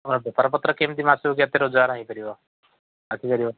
ଆକେ ବେପାର ପତ୍ର କେମିତି ମାସକୁ କେତେ ରୋଜଗାର ହୋଇ ପାରିବ ଆସି ପାରିବ